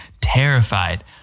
terrified